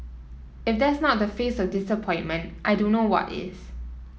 if that's not the face of disappointment I don't know what is